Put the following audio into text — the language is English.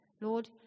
Lord